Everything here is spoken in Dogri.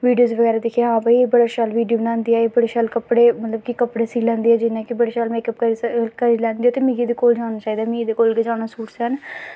वीडियोज बगैरा दिक्खियै हां भाई एह् बड़ी शैल वीडियो बनांदी ऐ एह् बड़े शैल कपड़े मतलब कि कपड़े सी लैंदी ऐ जियां कि बड़ी शैल मेकअप करी लैंदी ऐ ते मिगी एह्दे कोल जाना चाहिदा मिगी एह्दे कोल गै जाना सूट सीन